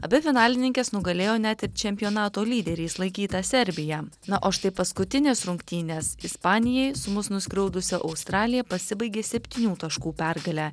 abi finalininkės nugalėjo net ir čempionato lyderiais laikytą serbiją na o štai paskutinės rungtynės ispanijai su mus nuskriaudusia australija pasibaigė septynių taškų pergale